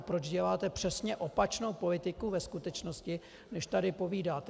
Proč děláte přesně opačnou politiku ve skutečnosti, než tady povídáte?